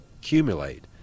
accumulate